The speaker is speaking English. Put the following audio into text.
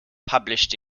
published